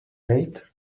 leigh